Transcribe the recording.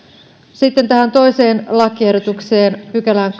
sitten toisen lakiehdotuksen kahdeksanteen pykälään